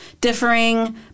differing